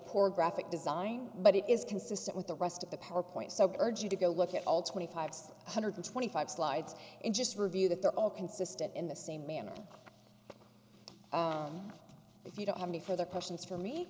poor graphic design but it is consistent with the rest of the powerpoint so girds you to go look at all twenty five six hundred twenty five slides in just review that they're all consistent in the same manner if you don't have any further questions for me